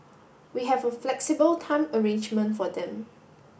we have a flexible time arrangement for them